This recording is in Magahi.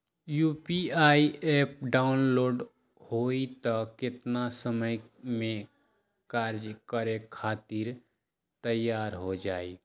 यू.पी.आई एप्प डाउनलोड होई त कितना समय मे कार्य करे खातीर तैयार हो जाई?